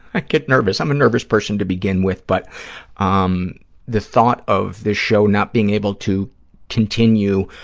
i get nervous. i'm a nervous person to begin with, but um the thought of this show not being able to continue